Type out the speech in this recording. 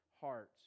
hearts